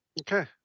Okay